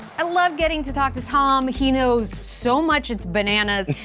i love getting to talk to tom. he knows so much. it's bananas.